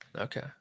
Okay